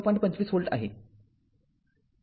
२५ volt आहे